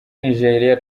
nijeriya